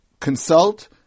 consult